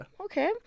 Okay